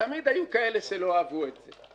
תמיד היו כאלה שלא אהבו את זה.